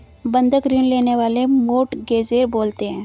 बंधक ऋण लेने वाले को मोर्टगेजेर बोलते हैं